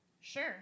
Sure